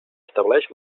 estableix